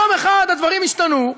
יום אחד הדברים השתנו.